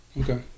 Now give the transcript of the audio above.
Okay